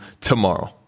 tomorrow